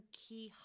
key